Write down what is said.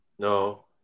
No